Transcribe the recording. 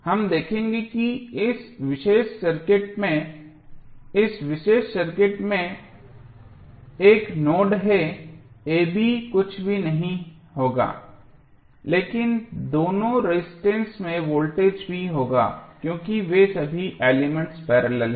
हम देखेंगे कि इस विशेष सर्किट में इस विशेष सर्किट में 1 नोड है a b कुछ भी नहीं होगा लेकिन दोनों रेजिस्टेंस में वोल्टेज भी होगा क्योंकि वे सभी एलिमेंट्स पैरेलल हैं